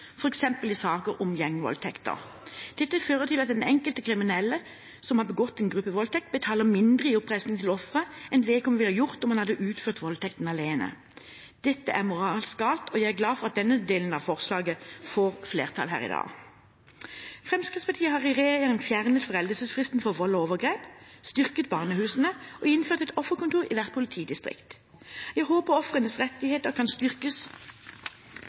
f.eks. i saker om gjengvoldtekter. Dette fører til at de enkelte kriminelle som har begått en gruppevoldtekt, betaler mindre i oppreisning til offeret enn de ville ha gjort om de hadde utført voldtekten alene. Dette er moralsk galt, og jeg er glad for at denne delen av forslaget får flertall her i dag. Fremskrittspartiet har i regjering fjernet foreldelsesfristen for vold og overgrep, styrket barnehusene og innført et offerkontor i hvert politidistrikt. Jeg håper ofrenes rettigheter kan styrkes